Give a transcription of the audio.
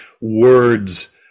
words